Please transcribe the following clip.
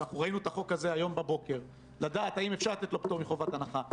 שמענו את ההבטחות מערכת בחירות אחר מערכת בחירות,